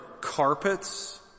carpets